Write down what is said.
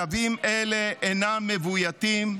כלבים אלו אינם מבויתים,